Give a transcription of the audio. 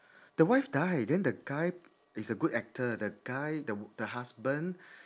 the wife died then the guy is a good actor the guy the the husband